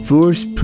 Force